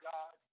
God